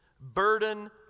Burden